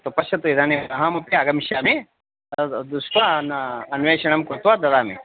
तत्तु पश्यतु इदानीम् अहमपि आगमिष्यामि दृष्ट्वा अन्वेषणं कृत्वा ददामि